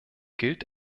gilt